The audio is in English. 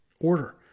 order